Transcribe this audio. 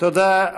תודה.